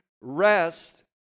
rest